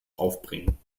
aufbringen